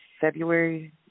february